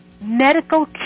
medical